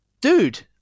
dude